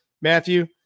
Matthew